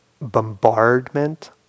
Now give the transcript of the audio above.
bombardment